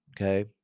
Okay